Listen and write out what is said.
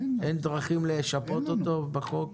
אין דרכים לשפות אותו בחוק?